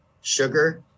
sugar